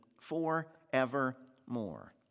forevermore